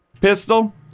Pistol